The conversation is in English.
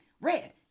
red